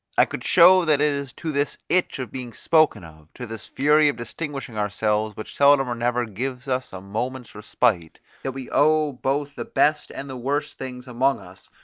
i could show that it is to this itch of being spoken of, to this fury of distinguishing ourselves which seldom or never gives us a moment's respite, that we owe both the best and the worst things among us,